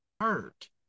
hurt